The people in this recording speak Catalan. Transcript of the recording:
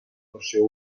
versió